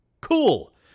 Cool